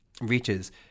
reaches